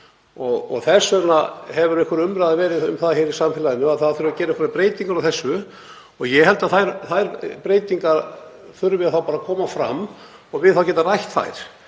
Þess vegna hefur umræða verið um það í samfélaginu að það þurfi að gera einhverjar breytingar á þessu. Ég held að þær breytingar þurfi bara að koma fram og við getum þá rætt þær.